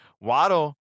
Waddle